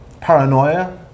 paranoia